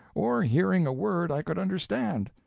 or hearing a word i could understand.